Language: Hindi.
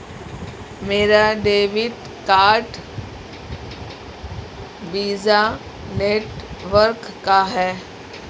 मेरा डेबिट कार्ड वीज़ा नेटवर्क का है